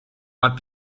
but